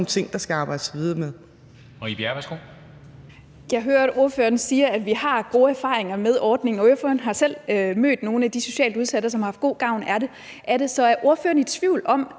værsgo. Kl. 17:54 Marie Bjerre (V): Jeg hører, at ordføreren siger, at vi har gode erfaringer med ordningen, og ordføreren har selv mødt nogle af de socialt udsatte, som har haft god gavn af det. Er ordføreren i tvivl om,